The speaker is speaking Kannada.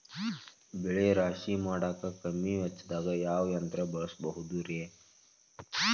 ಬೆಳೆ ರಾಶಿ ಮಾಡಾಕ ಕಮ್ಮಿ ವೆಚ್ಚದಾಗ ಯಾವ ಯಂತ್ರ ಬಳಸಬಹುದುರೇ?